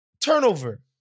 turnover